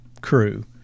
crew